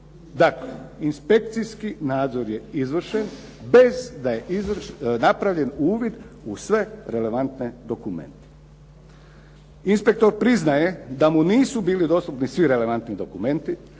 Dakle, inspekcijski nadzor je izvršen bez da je napravljen uvid u sve relevantne dokumente. Inspektor priznaje da mu nisi bili dostupni svi relevantni dokumenti